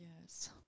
Yes